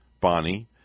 Bonnie